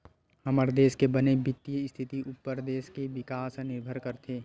हमर देस के बने बित्तीय इस्थिति उप्पर देस के बिकास ह निरभर करथे